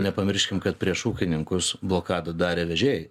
nepamirškim kad prieš ūkininkus blokadą darė vežėjai